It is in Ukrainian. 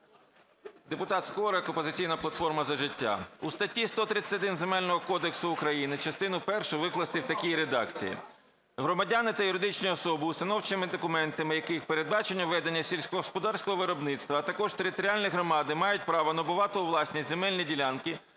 Депутат Скорик, "Опозиційна платформа - За життя". У статті 131 Земельного кодексу України частину першу викласти в такій редакції: "Громадяни та юридичні особи, установчими документами яких передбачено ведення сільськогосподарського виробництва, а також територіальні громади мають право набувати у власність земельні ділянки